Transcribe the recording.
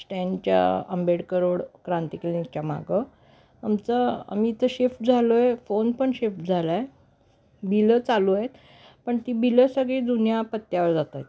स्टॅन्डच्या Ambedkar road Kranti क्लिनिकच्या मागं आमचं आम्ही इथं शिफ्ट झालो आहे फोन पण शिफ्ट झाला आहे बिलं चालू आहेत पण ती बिलं सगळी जुन्या पत्त्यावर जात आहेत